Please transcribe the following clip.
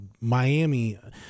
Miami